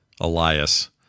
Elias